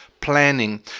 planning